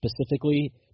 specifically